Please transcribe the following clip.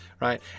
right